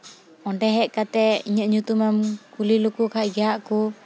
ᱚᱸᱰᱮ ᱦᱮᱡ ᱠᱟᱛᱮ ᱤᱧᱟᱹᱜ ᱧᱩᱛᱩᱢ ᱮᱢ ᱠᱩᱞᱤ ᱞᱮᱠᱚ ᱠᱷᱟᱡ ᱜᱮᱦᱟᱜ ᱠᱚ